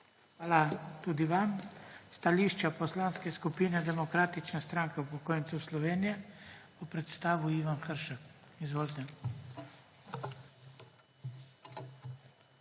Hvala tudi vam. Stališča Poslanske skupine Demokratične stranke upokojencev Slovenije bo predstavil Ivan Hršak. Izvolite. IVAN